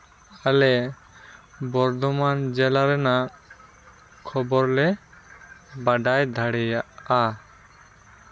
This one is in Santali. ᱟᱞᱮ ᱵᱚᱨᱫᱷᱚᱢᱟᱱ ᱡᱮᱞᱟ ᱨᱮᱱᱟᱜ ᱠᱷᱚᱵᱚᱨ ᱞᱮ ᱵᱟᱰᱟᱭ ᱫᱟᱲᱮᱭᱟᱜᱼᱟ